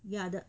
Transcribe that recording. yeah the